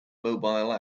mobile